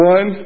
One